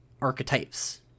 archetypes